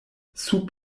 sub